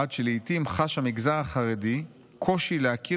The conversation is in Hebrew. עד שלעיתים חש המגזר החרדי קושי להכיר